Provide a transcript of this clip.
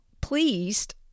pleased